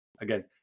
Again